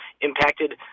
impacted